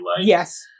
yes